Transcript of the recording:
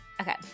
Okay